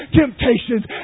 temptations